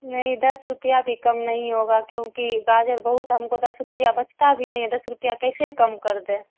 نہیں دس روپیہ بھی کم نہیں ہوگا کیونکہ گاجر بہت ہم کو دس روپیہ بچتا بھی نہیں ہے دس روپیہ کیسے کم کر دیں